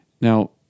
Now